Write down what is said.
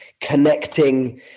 connecting